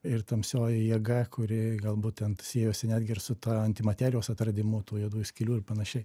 ir tamsioji jėga kuri gal būtent siejosi netgi ir su ta anti materijos atradimu tų juodųjų skylių ir panašiai